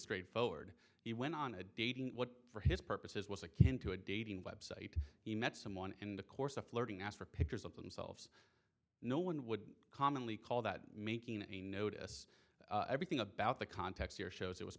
straightforward he went on a dating what for his purposes was akin to a dating website he met someone in the course of flirting asked for pictures of themselves no one would commonly call that making a notice everything about the context here shows it was